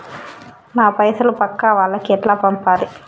నా పైసలు పక్కా వాళ్లకి ఎట్లా పంపాలి?